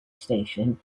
station